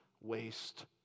waste